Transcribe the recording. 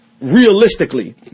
Realistically